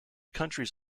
countries